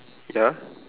ya